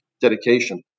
dedication